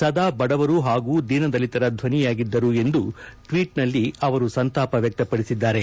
ಸದಾ ಬಡವರು ಹಾಗೂ ದೀನದಲಿತರ ಧ್ವನಿಯಾಗಿದ್ದರು ಎಂದು ಟ್ವೀಟ್ನಲ್ಲಿ ಸಂತಾಪ ವ್ಯಕ್ತಪಡಿಸಿದ್ದಾರೆ